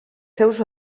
seus